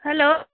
hello